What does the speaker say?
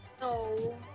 No